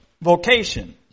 vocation